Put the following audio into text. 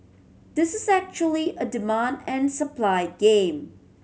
this is actually a demand and supply game